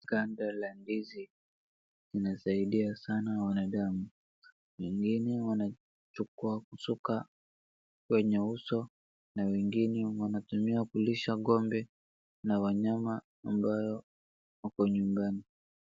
Ganda la ndizi linasaidia sana wanadamu. Wengine wanachukua kusuka kwenye uso na wengine wanatumia kulisha ng`ombe na wanyama ambayo wako nyumbani.